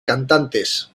cantantes